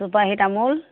চুপাৰী তামোল